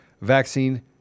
vaccine